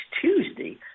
Tuesday